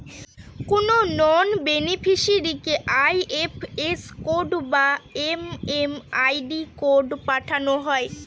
কোনো নন বেনিফিসিরইকে IFS code বা এম.এম.আই.ডি কোড পাঠানো হয়